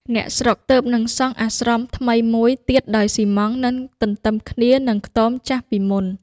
អ្នកស្រុកទើបនឹងសង់អាស្រមថ្មីមួយ ទៀតដោយស៊ីម៉ងត៍ នៅទន្ទឹមគ្នានឹងខ្ទមចាស់ពីមុន ។